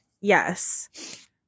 Yes